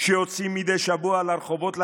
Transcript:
שיוצאים מדי שבוע לרחובות,